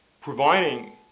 providing